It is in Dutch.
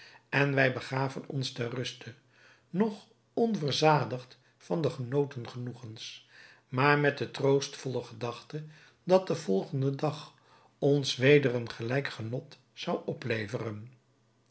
en wij begaven ons ter ruste nog onverzadigd van de genoten genoegens maar met de troostvolle gedachte dat de volgende dag ons weder een gelijk genot zou opleveren